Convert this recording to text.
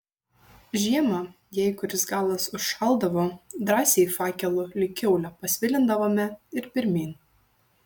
žiemą jei kuris galas užšaldavo drąsiai fakelu lyg kiaulę pasvilindavome ir pirmyn